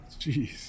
Jeez